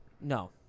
No